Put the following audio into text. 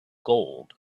gold